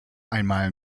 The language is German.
einmal